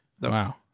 Wow